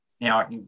Now